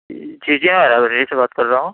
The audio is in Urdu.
لائبریری سے بات کر رہا ہوں